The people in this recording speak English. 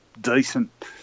decent